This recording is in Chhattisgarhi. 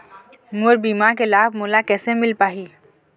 मोर बीमा के लाभ मोला कैसे मिल पाही?